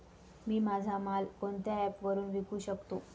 मी माझा माल कोणत्या ॲप वरुन विकू शकतो?